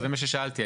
מה ששאלתי,